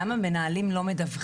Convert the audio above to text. נשאלה השאלה למה מנהלים לא מדווחים.